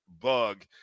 bug